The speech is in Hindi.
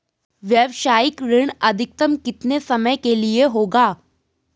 व्यावसायिक ऋण अधिकतम कितने समय के लिए होगा?